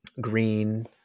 green